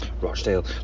Rochdale